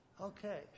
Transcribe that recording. Okay